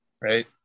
Right